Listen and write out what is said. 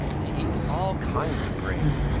he eats all kinds of grain,